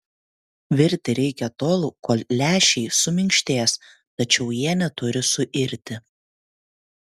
virti reikia tol kol lęšiai suminkštės tačiau jie neturi suirti